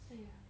哎呀